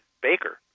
baker